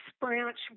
branch